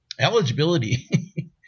eligibility